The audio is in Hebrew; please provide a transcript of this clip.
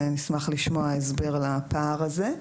ונשמח לשמוע הסבר לפער הזה.